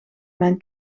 mijn